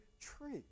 tree